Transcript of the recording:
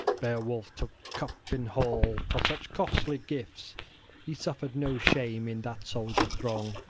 beowulf took cup in hall for such costly gifts he suffered no shame in that soldier throng.